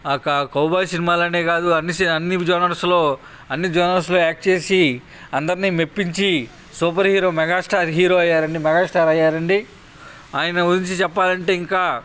కా కౌబాయ్ సినిమాలు అనే కాదు అన్ని అన్ని జోనర్స్లో అన్ని జోనర్స్లో యాక్ట్ చేసి అందరిని మెప్పించి సూపర్ హీరో మెగాస్టార్ హీరో అయ్యారండి మెగాస్టార్ అయ్యారండి ఆయన గురించి చెప్పాలంటే ఇంకా